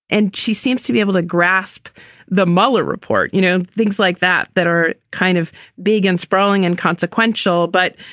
and she seems to be able to grasp the mueller report. you know, things like that that are kind of big and sprawling and consequential, but,